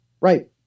right